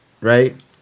right